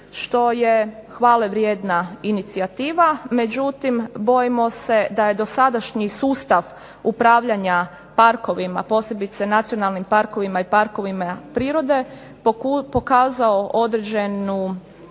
što je hvale vrijedna inicijativa. Međutim, bojimo se da je dosadašnji sustav upravljanja parkovima, posebice nacionalnim parkovima i parkovima prirode pokazao određen